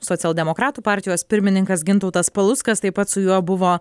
socialdemokratų partijos pirmininkas gintautas paluckas taip pat su juo buvo